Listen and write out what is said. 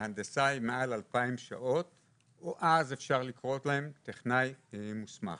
והנדסאי מעל 2,000. אז אפשר לקרוא להם טכנאי מוסמך.